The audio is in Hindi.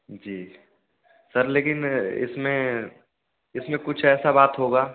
जी सर लेकिन इसमें इसमें कुछ ऐसी बात होगी